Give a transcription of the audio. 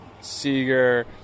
Seeger